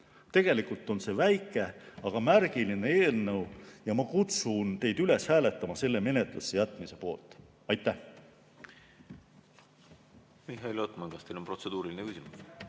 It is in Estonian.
Tegelikult on see väike, aga märgiline eelnõu. Ma kutsun teid üles hääletama selle menetlusse jätmise poolt. Aitäh! Mihhail Lotman, kas teil on protseduuriline küsimus?